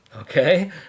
Okay